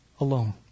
alone